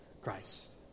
Christ